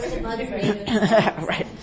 Right